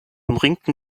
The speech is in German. umringten